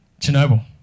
Chernobyl